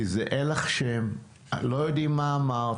כי אין לך שם, לא יודעים מה אמרת,